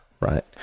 right